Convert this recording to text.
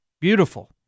Beautiful